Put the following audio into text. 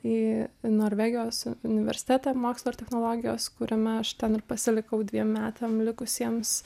į norvegijos universitetą mokslo ir technologijos kuriame aš ten ir pasilikau dviem metam likusiems